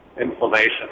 inflammation